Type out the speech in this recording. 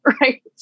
right